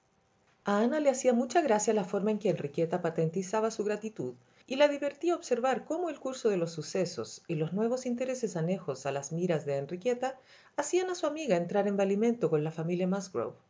ana le hacía mucha gracia la forma en que enriqueta patentizaba su gratitud y la divertía observar cómo el curso de los sucesos y los nuevos intereses anejos a las miras de enriqueta hacían a su amiga entrar en valimento con la familia musgrove mas